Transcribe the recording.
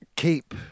Keep